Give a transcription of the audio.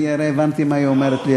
אני הרי הבנתי מה היא אומרת לי,